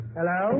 Hello